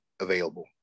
available